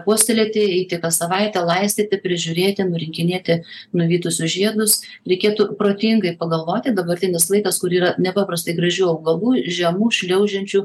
puoselėti eiti kas savaitę laistyti prižiūrėti nurinkinėti nuvytusius žiedus reikėtų protingai pagalvoti dabartinis laikas kur yra nepaprastai gražių augalų žemų šliaužiančių